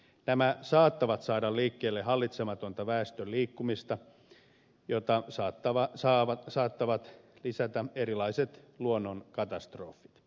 nämä saattavat saada liikkeelle hallitsematonta väestön liikkumista jota saattavat lisätä erilaiset luonnonkatastrofit